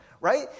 right